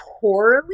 poorly